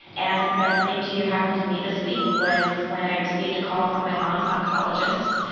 and the best thing to happen to me this week was when i received a call from my mom's oncologist,